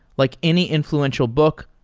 like any influential book,